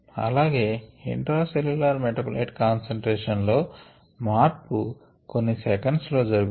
అలాగే intracellular metabolite concentration లో మార్పు కొన్ని సెకన్స్ లో జరుగును